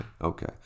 okay